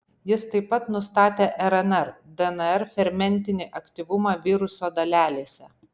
jis taip pat nustatė rnr dnr fermentinį aktyvumą viruso dalelėse